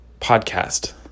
podcast